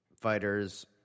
fighters